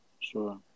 sure